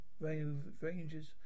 rangers